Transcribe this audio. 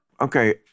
Okay